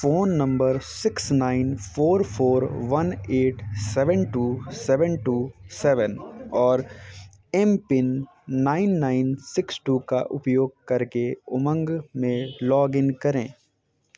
phone number six nine four four one eight seven two seven two seven और MPIN nine nine six two का उपयोग करके उमंग में log in करें